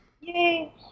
Yay